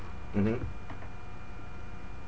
mmhmm